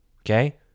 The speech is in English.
okay